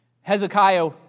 Hezekiah